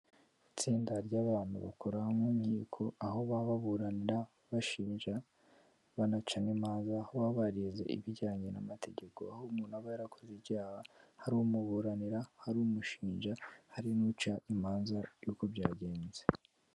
Itsinda ry'abantu bakora mu nkiko, aho baba baburanira bashinja banacana n'imanza, aho baba barize ibijyanye n'amategeko, aho umuntu aba yarakoze icyaha, hari umuburanira, hari umushinja, hari n'uca imanza y'uko byagenze.